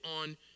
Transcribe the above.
on